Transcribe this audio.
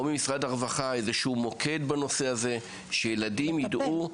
או ממשרד הרווחה איזשהו מוקד בנושא הזה שילדים ידעו.